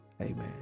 Amen